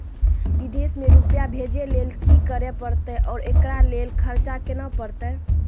विदेश मे रुपिया भेजैय लेल कि करे परतै और एकरा लेल खर्च केना परतै?